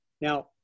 Now